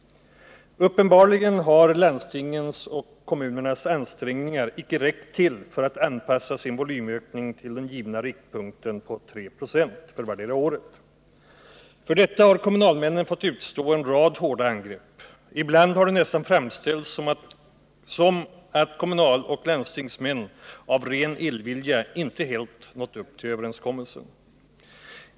Uppenbarligen har landstingens och kommunernas ansträngningar inte räckt till för att anpassa sin volymökning till den givna riktpunkten på 3 90 för vartdera året. För detta har kommunalmännen fått utstå en rad hårda angrepp. Ibland har det nästan framställts som att kommunaloch landstingsmän av ren illvilja inte helt nått upp till överenskommelsen.